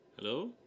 Hello